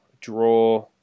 Draw